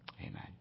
Amen